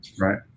Right